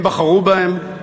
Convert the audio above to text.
הם בחרו בהם,